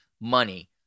money